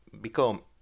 become